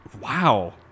Wow